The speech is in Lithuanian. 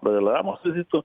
dalai lamos vizitu